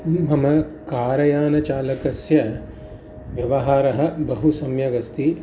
मम कारयानचालकस्य व्यवहारः बहु सम्यगस्ति